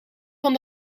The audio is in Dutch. van